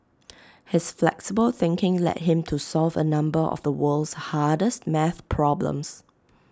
his flexible thinking led him to solve A number of the world's hardest math problems